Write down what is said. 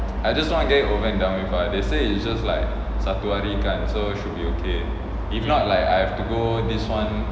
I just want to get it over and done with ah they say is just like satu hari kan so should be okay if not like I have to go this [one]